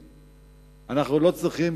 אנחנו לא צריכים